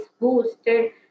boosted